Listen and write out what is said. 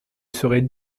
serait